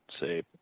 say